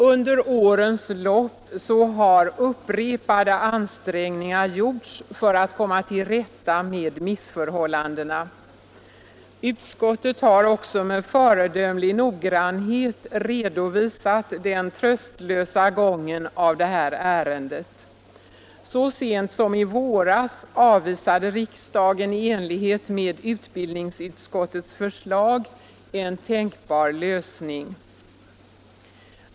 Under årens lopp har upprepade ansträngningar gjorts för att komma till rätta med missförhållandena. Utskottet har också med föredömlig noggrannhet redovisat den tröstlösa gången av det här ärendet. Så sent som i våras avvisade riksdagen, i enlighet med utbildningsutskottets förslag, en tänkbar lösning.